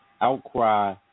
outcry